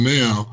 now